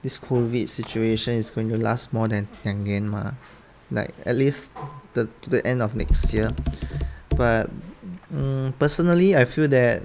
this COVID situation is going to last more than 两年 mah like at least the to the end of next year but mm personally I feel that